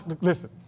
Listen